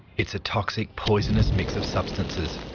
it's a toxic poisonous mix of substances,